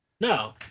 No